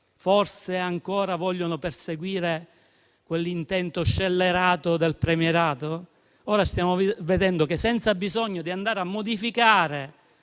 forse ancora vogliono perseguire quell'intento scellerato del premierato. Stiamo vedendo che, senza bisogno di andare a modificare